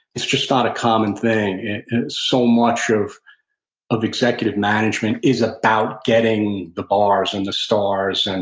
it's just not a common thing, and so much of of executive management is about getting the bars and the stars. and